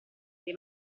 dei